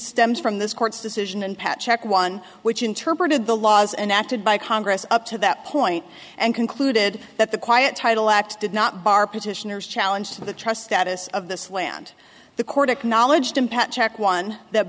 stems from this court's decision and path check one which interpreted the laws enacted by congress up to that point and concluded that the quiet title act did not bar petitioners challenge to the trust status of this land the court acknowledged impact check one that